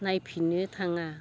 नायफिनो थाङा